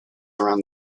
around